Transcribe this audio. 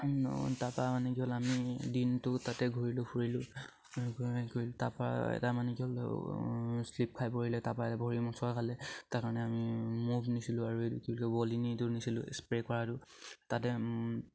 তাপা মানে কি হ'ল আমি দিনটো তাতে ঘূৰিলোঁ ফুৰিলোঁ তাৰপা এটা মানে কি হ'ল শ্লিপ খাই পৰিলে তাপা এটা ভৰি মোচকা খালে তাৰ কাৰণে আমি মুভ নিছিলোঁ আৰু কি ভলিনিটো নিছিলোঁ স্প্ৰে' কৰাটো তাতে